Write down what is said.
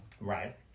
Right